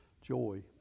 joy